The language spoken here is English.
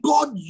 God